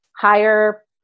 Higher